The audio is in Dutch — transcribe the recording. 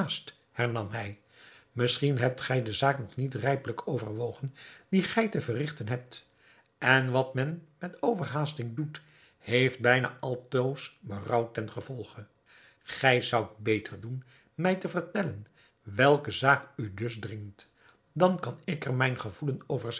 hij misschien hebt gij de zaak nog niet rijpelijk overwogen die gij te verrigten hebt en wat men met overhaasting doet heeft bijna altoos berouw ten gevolge gij zoudt beter doen mij te vertellen welke zaak u dus dringt dan kan ik er mijn gevoelen over